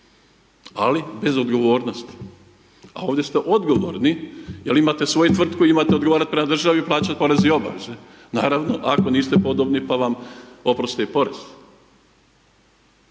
ali bez odgovornosti. A ovdje ste odgovorni jer imate svoju tvrtku, imate odgovarat pravnoj državi plaćat porez i obaveze, naravno, ako niste podobni, pa vam oprosti porez.